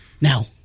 Now